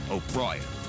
O'Brien